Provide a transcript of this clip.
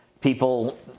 people